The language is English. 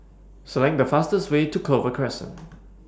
Select The fastest Way to Clover Crescent